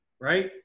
right